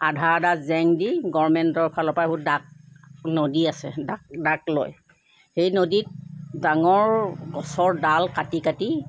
আধা আধা জেং দি গৰ্মেণ্টৰ ফালৰ পৰা ডাক নদী আছে ডাক ডাক লয় সেই নদীত ডাঙৰ গছৰ ডাল কাটি কাটি